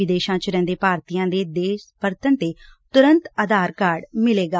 ਵਿਦੇਸ਼ਾਂ ਚ ਰਹਿੰਦੇ ਭਾਰਤੀਆਂ ਦੇ ਦੇਸ਼ ਪਰਤਣ ਤੇ ਤੁਰੰਤ ਆਧਾਰ ਕਾਰਡ ਮਿਲੇਗਾ